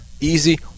easy